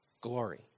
Glory